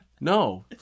No